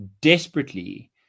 desperately